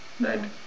right